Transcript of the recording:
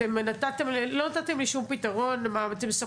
אתם לא נתתם לי שום פתרון, מאמצים.